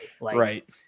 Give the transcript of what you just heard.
right